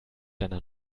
deiner